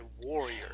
warrior